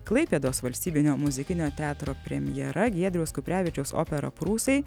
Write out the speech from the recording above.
klaipėdos valstybinio muzikinio teatro premjera giedriaus kuprevičiaus opera prūsai